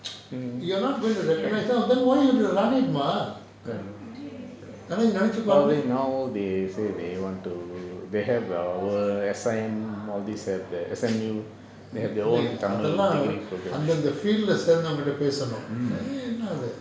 you're not going to recognise then why you run it மா அத நினச்சுப்பாருங்க:maa atha ninachupparunga அதல்லாம் அந்தந்த:athallam anthantha feild leh சேந்தவங்க கிட்ட பேசனும்:senthavanga kitta pesanum err என்னது:ennathu